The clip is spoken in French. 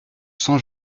sans